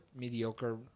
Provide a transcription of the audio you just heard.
mediocre